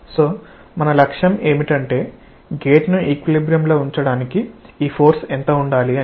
కాబట్టి మన లక్ష్యం ఏమిటంటే గేటును ఈక్విలిబ్రియమ్ లో ఉంచడానికి ఈ ఫోర్స్ ఎంత ఉండాలి అని